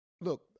Look